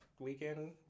Weekend